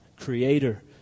Creator